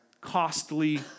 costly